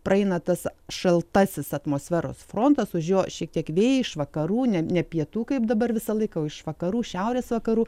praeina tas šaltasis atmosferos frontas už jo šiek tiek vėjai iš vakarų ne ne pietų kaip dabar visą laiką o iš vakarų šiaurės vakarų